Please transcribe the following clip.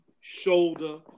shoulder